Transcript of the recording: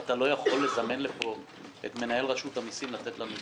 אתה לא יכול לזמן לפה את מנהל רשות המסים לתת לנו דיווח.